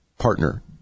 partner